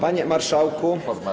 Panie Marszałku!